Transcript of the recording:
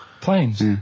Planes